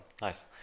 Nice